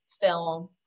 film